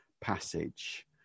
passage